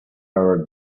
are